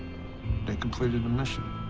they completed the mission.